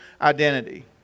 identity